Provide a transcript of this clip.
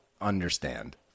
understand